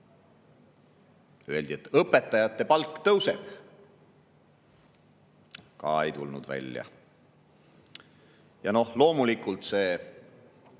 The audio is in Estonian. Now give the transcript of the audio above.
Öeldi, et õpetajate palk tõuseb – ka ei tulnud välja. Ja loomulikult juba